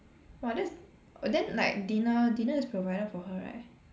!wah! that's then like dinner dinner is provided for her right